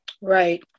Right